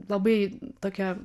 labai tokia